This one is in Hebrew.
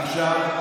עכשיו,